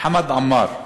חמד עמאר.